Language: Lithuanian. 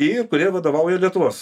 ir kurie vadovauja lietuvos